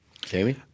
Jamie